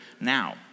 now